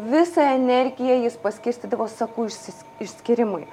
visą energiją jis paskirstydavo sakų išsi išskyrimui